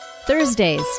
Thursday's